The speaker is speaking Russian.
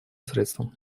средством